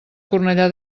cornellà